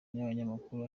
n’abanyamakuru